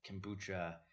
kombucha